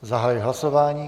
Zahajuji hlasování.